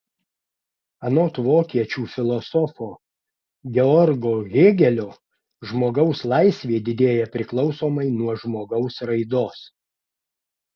anot vokiečių filosofo georgo hėgelio žmogaus laisvė didėja priklausomai nuo žmogaus raidos